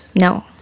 No